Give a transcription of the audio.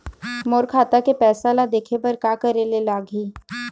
मोर खाता के पैसा ला देखे बर का करे ले लागही?